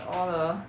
all the